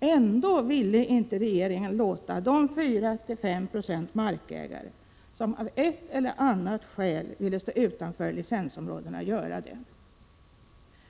Ändå ville inte regeringen låta de 4-5 9 markägare som av ett eller annat skäl ville stå utanför licensområdena göra detta.